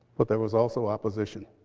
but there was also opposition.